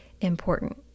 important